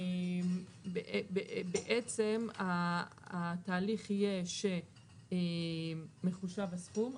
בעצם התהליך יהיה מחושב הסכום,